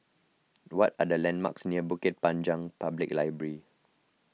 what are the landmarks near Bukit Panjang Public Library